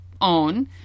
own